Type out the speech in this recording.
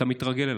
אתה מתרגל אליו,